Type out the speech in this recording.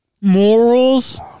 Morals